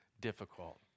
difficult